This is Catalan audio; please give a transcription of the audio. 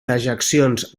dejeccions